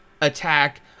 attack